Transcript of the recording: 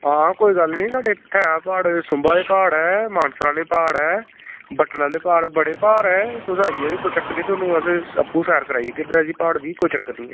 कोई गल्ल निं साढ़े इत्थें ऐ प्हाड़ सांबा प्हाड़ ऐ मानसर प्हाड़ ऐ बट्टल आह्ले प्हाड़ बड़े प्हाड़ ऐ तुस आई जायो कोई गल्ल निं तुसेंगी अस तुसेंगी सैर कराई ओड़गे इद्धर प्हाड़ दी कोई चक्कर निं ऐ